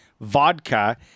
vodka